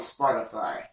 Spotify